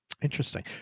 interesting